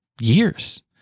years